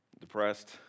Depressed